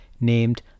named